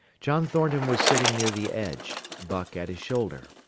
john thornton was sitting near the edge, buck at his shoulder.